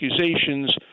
accusations